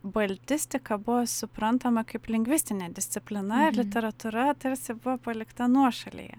baltistika buvo suprantama kaip lingvistinė disciplina ir literatūra tarsi buvo palikta nuošalėje